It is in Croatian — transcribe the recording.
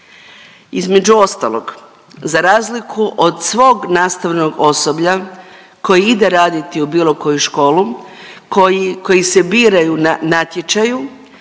Između ostalog, za razliku od svog nastavnog osoblja koje ide raditi u bilo koju školu, koji, koji se biraju na natječaju,